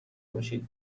باشید